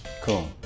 Cool